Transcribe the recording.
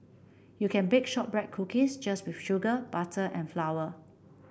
you can bake shortbread cookies just with sugar butter and flour